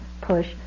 push